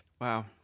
Wow